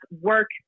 work